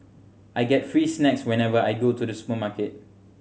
I get free snacks whenever I go to the supermarket